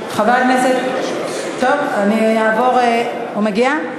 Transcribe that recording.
חבר הכנסת, טוב, אני אעבור, הוא מגיע?